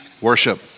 Worship